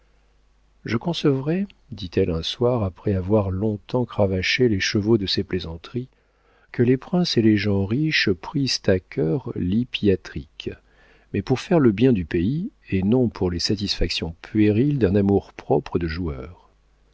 je concevrais dit-elle un soir après avoir longtemps cravaché les chevaux de ses plaisanteries que les princes et les gens riches prissent à cœur l'hippiatrique mais pour faire le bien du pays et non pour les satisfactions puériles d'un amour-propre de joueur